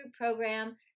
program